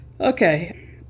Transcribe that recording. Okay